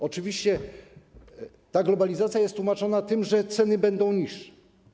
Oczywiście ta globalizacja jest tłumaczona tym, że ceny będą niższe.